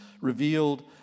revealed